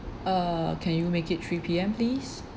uh can you make it three P_M please